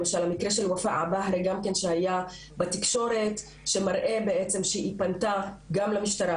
למשל המקרה של וופא אבע שהיה בתקשורת שמראה שהיא פנתה גם למשטרה